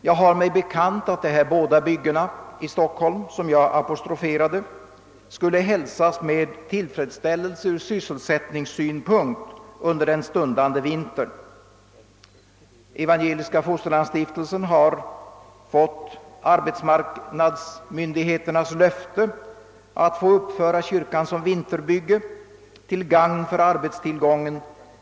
Jag har mig bekant att..de båda tilltänkta byggena i Stockholm skulle hälsas med tillfredsställelse ur sysselsättningssynpunkt under den stundande vintern. Evangeliska fosterlandsstiftelsen har fått arbetsmarknadsmyndigheternas löfte att uppföra kyrkan som vinterbygge till gagn för tillgången på arbetstillfällen.